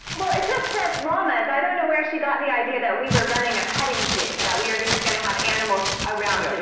well, it just says llamas. i don't know where she got the idea that we were running a petting zoo. that we were just going to have animals around to and